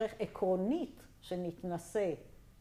‫איך עקרונית שנתנסה